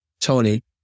Tony